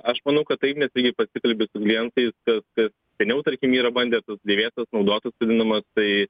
aš manau nes pasikalbi su klientais kas kas seniau tarkim yra bandęs tas dėvėtas naudotas vadinamas tai